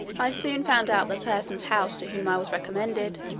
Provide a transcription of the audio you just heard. i soon found out the person's house to whom i was recommended,